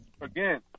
again